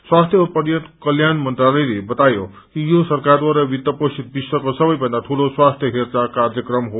स्वास्थ्य औ परिवार कल्याण मंत्रालयले बतायो कि यो सरकारद्वारा वित्त पोषित विश्वको सबैभन्दा दूलो स्वास्थ्य हेरचाह कार्यक्रम हो